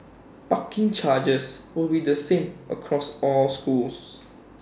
parking charges will be the same across all schools